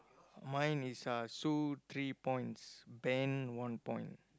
mine is uh Sue three points Ben one point